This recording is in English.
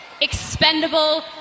expendable